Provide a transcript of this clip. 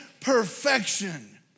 perfection